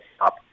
up